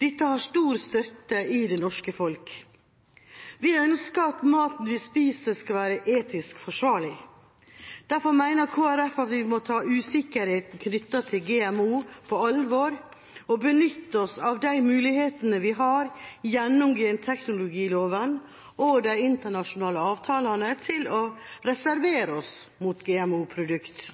Dette har stor støtte i det norske folk. Vi ønsker at maten vi spiser, skal være etisk forsvarlig. Derfor mener Kristelig Folkeparti at vi må ta usikkerheten knyttet til GMO på alvor og benytte oss av de mulighetene vi har gjennom genteknologilova og de internasjonale avtalene, til å reservere oss mot GMO-produkter.